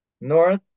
north